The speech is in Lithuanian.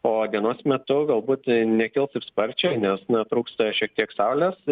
o dienos metu galbūt nekils ir sparčiai nes na trūksta šiek tiek saulės